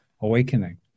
awakening